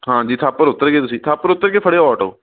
ਹਾਂਜੀ ਥਾਪਰ ਉਤਰ ਗਏ ਤੁਸੀਂ ਥਾਪਰ ਉਤਰ ਕੇ ਫੜਿਓ ਓਟੋ